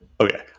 Okay